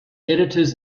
editors